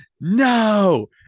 no